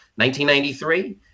1993